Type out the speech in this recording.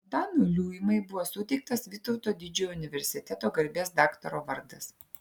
antanui liuimai buvo suteiktas vytauto didžiojo universiteto garbės daktaro vardas